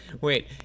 wait